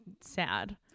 sad